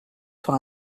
sur